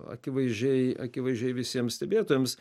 akivaizdžiai akivaizdžiai visiems stebėtojams